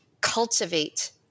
cultivate